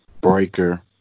Breaker